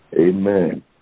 Amen